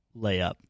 layup